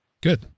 Good